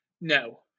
No